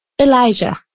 Elijah